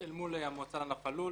אל מול המועצה לענף הלול